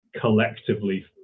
collectively